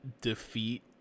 defeat